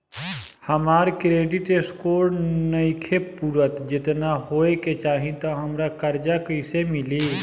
हमार credit score नईखे पूरत जेतना होए के चाही त हमरा कर्जा कैसे मिली?